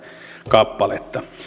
kappaletta